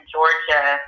Georgia